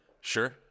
sure